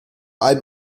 allem